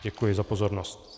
Děkuji za pozornost.